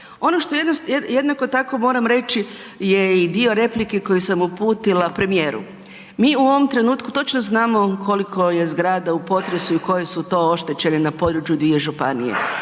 Ono što jednako tako moram reći je i dio replike koji sam uputila premijeru. Mi u ovom trenutku točno znamo koliko je zgrada u potresu i koje su to oštećene na području 2 županije.